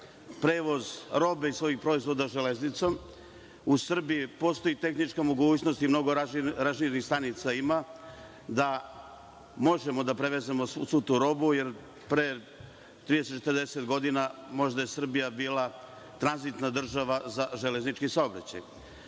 prevoz robe i svojih proizvoda železnicom? U Srbiji postoji tehnička mogućnost i mnogo ranžirnih stanica ima da možemo da prevezemo svu tu robu, jer pre 30, 40 godina možda je Srbija bila tranzitna država za železnički saobraćaj. Drugo